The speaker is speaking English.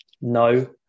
no